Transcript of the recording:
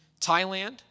Thailand